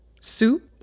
soup